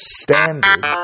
standard